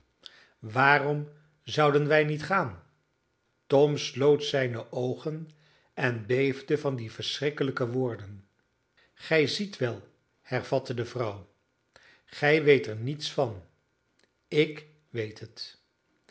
waarom zouden wij niet gaan tom sloot zijne oogen en beefde van die verschrikkelijke woorden gij ziet wel hervatte de vrouw gij weet er niets van ik weet het